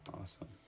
Awesome